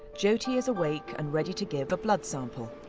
jyoti is awake and ready to give a blood sample.